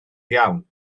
iawn